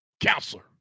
counselor